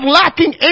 lacking